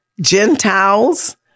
Gentiles